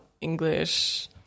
English